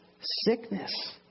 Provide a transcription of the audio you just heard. sickness